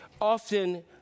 often